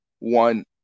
one